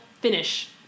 finish